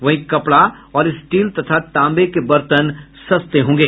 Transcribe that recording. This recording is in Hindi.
वहीं कपड़ा और स्टील तथा तांबे के बर्तन सस्ते होंगे